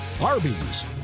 Arby's